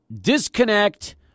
disconnect